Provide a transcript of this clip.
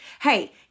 Hey